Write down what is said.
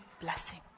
blessing